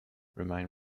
remind